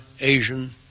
Asian